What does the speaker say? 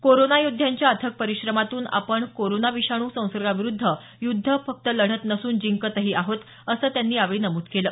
corona योद्ध्यांच्या अथक परिश्रमातून आपण कोरोना विषाणू संसर्गाविरुद्ध युद्ध फक्त लढत नसून जिंकतही आहोत असं त्यांनी यावेळी नमूद केलं